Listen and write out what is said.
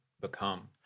become